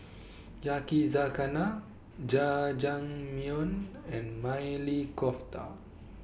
Yakizakana Jajangmyeon and Maili Kofta